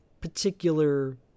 particular